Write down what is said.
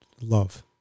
love